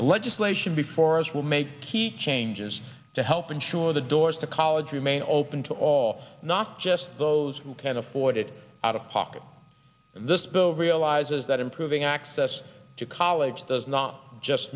the legislation before us will make key changes to help ensure the doors to college remain open to all not just those who can afford it out of pocket this bill realizes that improving access to college does not just